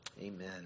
Amen